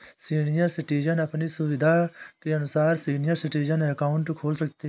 senior citizen अपनी सुविधा के अनुसार सीनियर सिटीजन अकाउंट खोल सकते है